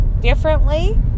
differently